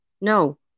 No